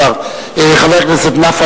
חבר הכנסת נפאע,